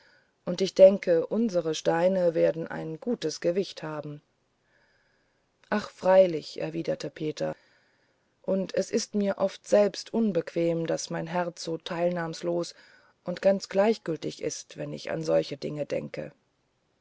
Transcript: und ich denke unsere steine werden ein gutes gewicht haben ach freilich erwiderte peter und es ist mir oft selbst unbequem daß mein herz so teilnahmslos und ganz gleichgültig ist wenn ich an solche dinge denke